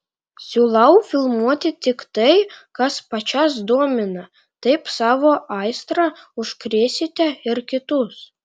siūlau filmuoti tik tai kas pačias domina taip savo aistra užkrėsite ir kitus